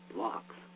Blocks